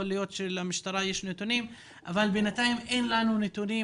יכול להיות שלמשטרה יש נתונים אבל לנו בינתיים אין נתונים